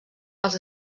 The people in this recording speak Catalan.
els